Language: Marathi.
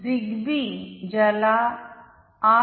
झिग्बी ज्याला 802